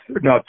no